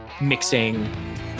mixing